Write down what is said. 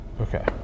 Okay